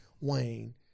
Wayne